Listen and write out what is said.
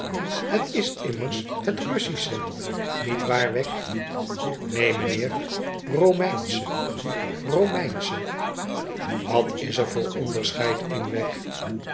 het is immers het russische niet waar wegg neen meneer romeinsche romeinsche t wat is er voor onderscheid m wegg